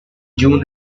june